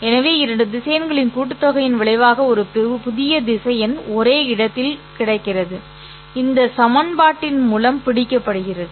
எனவே இரண்டு திசையன்களின் கூட்டுத்தொகையின் விளைவாக ஒரு புதிய திசையன் ஒரே இடத்தில் கிடக்கிறது இந்த சமன்பாட்டின் மூலம் பிடிக்கப்படுகிறது